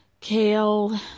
Kale